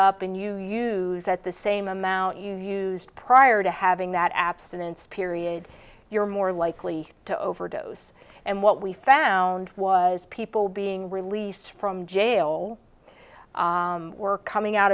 up and you use that the same amount you used prior to having that abstinence period you're more likely to overdose and what we found was people being released from jail were coming out